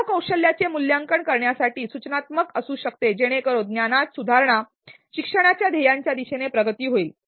सराव कौशल्यांचे मूल्यांकन करण्यासाठी रचनात्मक मूल्यांकन असू शकते जेणेकरून ज्ञानात सुधारणा शिक्षणाच्या ध्येयाच्या दिशेने प्रगती होईल